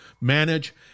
manage